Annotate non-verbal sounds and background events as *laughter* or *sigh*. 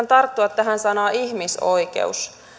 *unintelligible* tarttua tähän sanaan ihmisoikeus